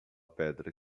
pedra